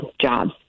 jobs